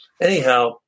anyhow